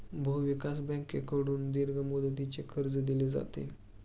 भूविकास बँकेकडून दीर्घ मुदतीचे कर्ज दिले जाते